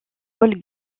paul